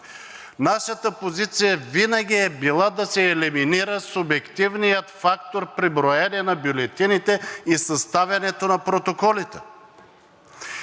Нашата позиция винаги е била да се елиминира субективният фактор при броене на бюлетините и съставянето на протоколите,